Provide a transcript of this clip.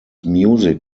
music